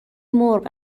مرغ